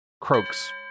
croaks